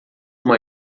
uma